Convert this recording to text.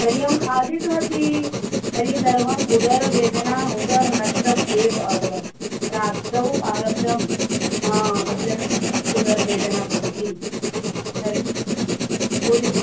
मह्यं खादितवती तर्हि सर्वम् उदरवेदना उदरं नष्टम् एव अभवत् रात्रौ आरब्धं हा दश उदरवेदना भवति तर्हि गुलिका